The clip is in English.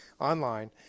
online